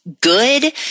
good